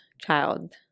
child